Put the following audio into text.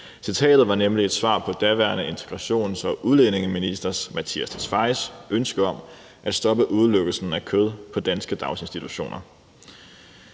Citatet var nemlig et svar på daværende integrations- og udlændingeminister Mattias Tesfayes ønske om at stoppe udelukkelsen af kød på danske daginstitutioner: